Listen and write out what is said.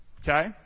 Okay